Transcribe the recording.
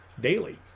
daily